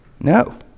No